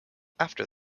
after